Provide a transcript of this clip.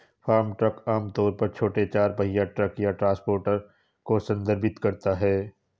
farm truck आम तौर पर छोटे चार पहिया ट्रक या ट्रांसपोर्टर को संदर्भित करता है